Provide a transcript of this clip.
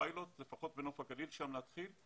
פיילוט לעולים חדשים לפחות בנוף הגליל ושם להתחיל.